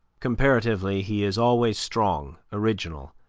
comparatively, he is always strong, original,